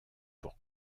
pour